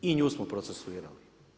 I nju smo procesuirali.